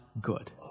good